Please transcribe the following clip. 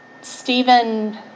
Stephen